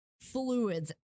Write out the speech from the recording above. fluids